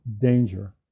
danger